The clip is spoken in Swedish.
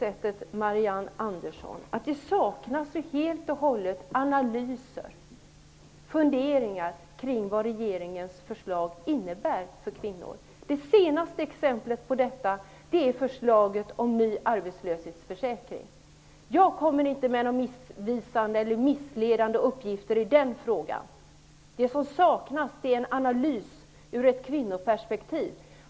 Men, Marianne Andersson, det saknas ju helt och hållet analyser och funderingar kring vad regeringens förslag innebär för kvinnor. Det senaste exemplet på detta är förslaget om en ny arbetslöshetsförsäkring. Jag kommer inte med några missvisande eller missledande uppgifter i den frågan. Det som saknas är en analys ur ett kvinnoperspektiv.